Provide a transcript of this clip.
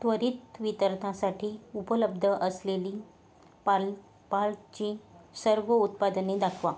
त्वरित वितरणासाठी उपलब्ध असलेली पाल पालची सर्व उत्पादने दाखवा